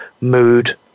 mood